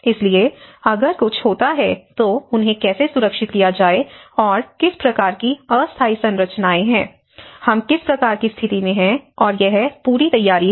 इसलिए अगर कुछ होता है तो उन्हें कैसे सुरक्षित किया जाए और किस प्रकार की अस्थायी संरचनाएं हैं हम किस प्रकार की स्थिति में हैं और यह पूरी तैयारी है